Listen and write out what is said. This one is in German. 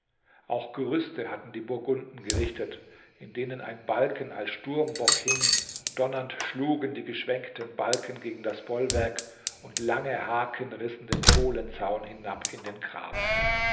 auch gerüste hatten die burgunden gerichtet in denen ein balken als sturmbock hing donnernd schlugen die geschwenkten balken gegen das bollwerk und lange haken rissen den bohlenzaun hinab in den graben